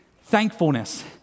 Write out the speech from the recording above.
thankfulness